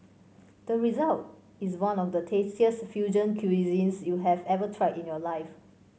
the result is one of the tastiest fusion cuisines you have ever tried in your life